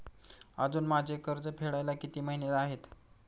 अजुन माझे कर्ज फेडायला किती महिने आहेत?